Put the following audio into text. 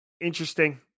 Interesting